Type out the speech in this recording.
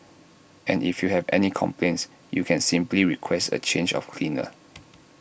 and if you have any complaints you can simply request A change of cleaner